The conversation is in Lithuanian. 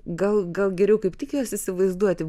gal gal geriau kaip tik juos įsivaizduoti